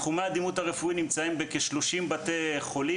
תחומי הדימות הרפואיים נמצאים בכ-30 בתי חולים